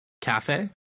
cafe